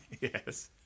Yes